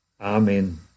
Amen